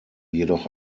jedoch